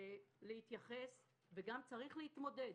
להתייחס וגם צריך להתמודד